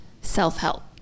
self-help